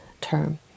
term